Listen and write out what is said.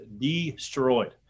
destroyed